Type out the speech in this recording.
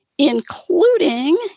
Including